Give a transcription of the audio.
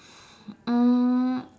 um